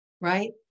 right